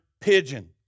pigeon